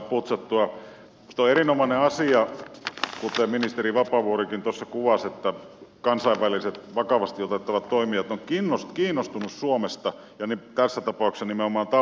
minusta on erinomainen asia kuten ministeri vapaavuorikin tuossa kuvasi että kansainväliset vakavasti otettavat toimijat ovat kiinnostuneita suomesta ja tässä tapauksessa nimenomaan talvivaarasta